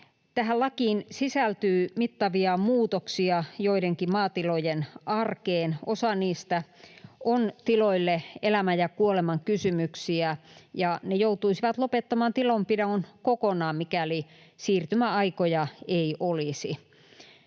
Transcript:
Tähän lakiin sisältyy mittavia muutoksia joidenkin maatilojen arkeen. Osa niistä on tiloille elämän ja kuoleman kysymyksiä, ja ne joutuisivat lopettamaan tilanpidon kokonaan, mikäli siirtymäaikoja ei olisi.